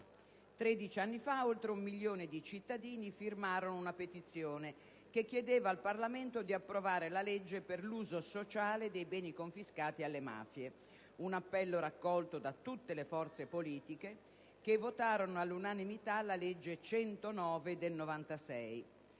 anni fa, oltre un milione di cittadini firmarono una petizione che chiedeva al Parlamento di approvare la legge per l'uso sociale dei beni confiscati alle mafie. Fu un appello raccolto da tutte le forze politiche che votarono all'unanimità la legge n. 109 del 1996.